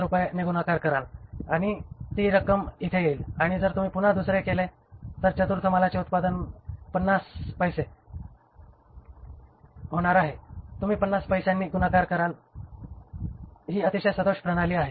5 ने गुणाकार कराल आणि ती रक्कम इथे येईल आणि जर तुम्ही पुन्हा दुसरे केले तर चतुर्थ मालाचे उत्पादन 50 पैसे म्हणजे किंमत 50 पैसे होणार आहे तुम्ही 50 पैशांनी गुणाकार कराल ही अतिशय सदोष प्रणाली आहे